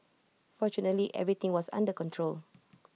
fortunately everything was under control